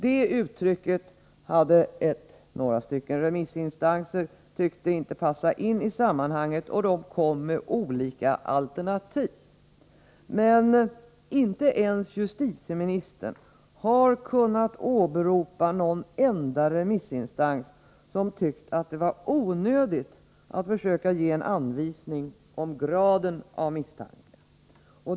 Det uttrycket tyckte några remissinstanser inte passade in i sammanhanget, och de kom med olika alternativ. Inte ens justitieministern har emellertid kunnat åberopa någon enda remissinstans som tyckt att det var onödigt att försöka ge en anvisning beträffande graden av misstanke.